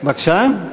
בבקשה?